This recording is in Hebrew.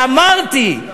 ואמרתי: